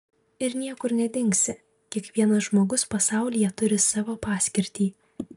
ir niekur nedingsi kiekvienas žmogus pasaulyje turi savo paskirtį